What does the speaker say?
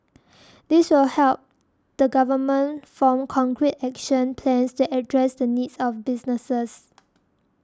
this will help the government form concrete action plans to address the needs of businesses